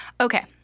Okay